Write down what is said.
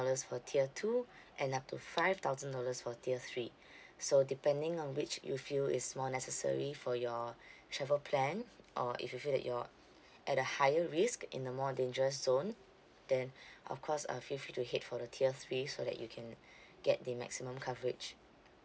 dollars for tier two and up to five thousand dollars for tier three so depending on which you feel is more necessary for your travel plan or if you feel that you're at a higher risk in a more dangerous zone then of course uh fell free to head for the tier three so that you can get the maximum coverage